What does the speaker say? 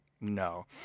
No